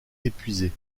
épuisées